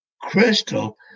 crystal